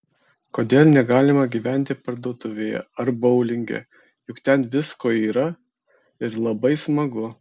kodėl negalima gyventi parduotuvėje ar boulinge juk ten visko yra ir labai smagu